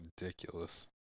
ridiculous